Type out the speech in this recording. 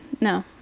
no